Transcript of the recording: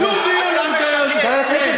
חבר הכנסת